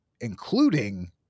including